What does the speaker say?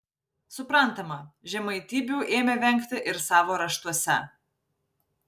suprantama žemaitybių ėmė vengti ir savo raštuose